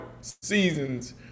seasons